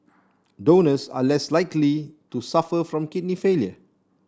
donors are less likely to suffer from kidney failure